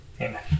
Amen